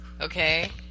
okay